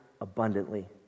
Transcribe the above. abundantly